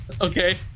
Okay